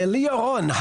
ליאת רון,